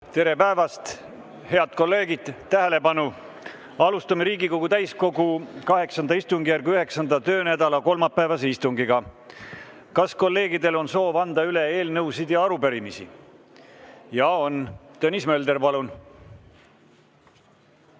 Tere päevast, head kolleegid! Tähelepanu! Alustame Riigikogu täiskogu VIII istungjärgu 9. töönädala kolmapäevast istungit. Kas kolleegidel on soovi anda üle eelnõusid ja arupärimisi? Jaa, on. Tõnis Mölder, palun!